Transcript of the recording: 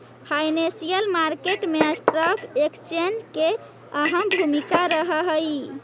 financial market मैं stock exchange के अहम भूमिका रहऽ हइ